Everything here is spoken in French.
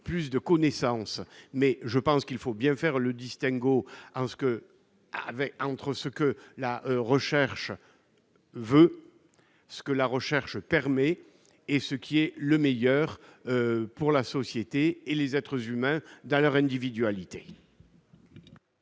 plus de connaissances, mais je pense qu'il faut bien faire le distinguo entre ce que la recherche veut, ce qu'elle permet, et ce qu'il y a de mieux pour la société et les êtres humains dans leur individualité.